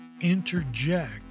interject